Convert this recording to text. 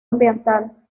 ambiental